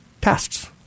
tests